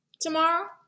tomorrow